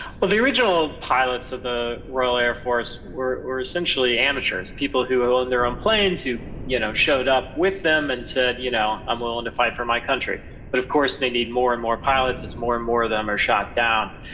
well the original pilots of the royal air force were were essentially amateurs, people who owned their own planes, who you know showed up with them and said, you know i'm willing to fight for my country but of course, they need more and more pilots as more and more of them are shot down.